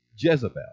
Jezebel